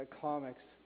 comics